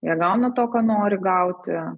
jie gauna to ką nori gauti